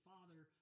Father